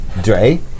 Dre